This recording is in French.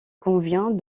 convient